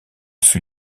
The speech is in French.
fut